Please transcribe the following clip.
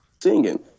singing